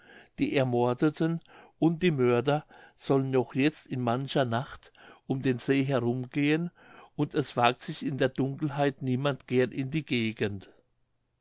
die ermordeten und die mörder sollen noch jetzt in mancher nacht um den see herumgehen und es wagt sich in der dunkelheit niemand gern in die gegend